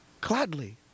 Gladly